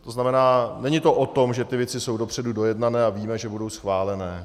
To znamená, není to o tom, že ty věci jsou dopředu dojednané a víme, že budou schválené.